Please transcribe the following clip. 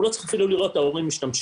הוא לא צריך אפילו לראות את ההורים משתמשים.